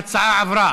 ההצעה עברה.